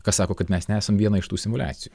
kas sako kad mes nesam viena iš tų simuliacijų